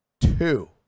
two